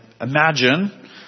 imagine